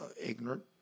ignorant